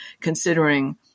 considering